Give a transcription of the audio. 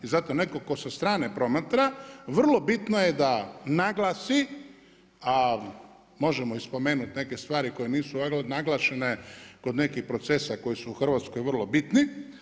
I zato netko tko sa strane promatra vrlo bitno je da naglasi, a možemo i spomenuti neke stvari koje nisu naglašene kod nekih procesa koji su u Hrvatskoj vrlo bitni.